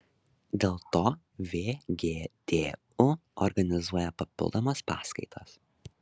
dėl to vgtu organizuoja papildomas paskaitas